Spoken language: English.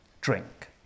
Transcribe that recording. drink